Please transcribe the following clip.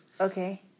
Okay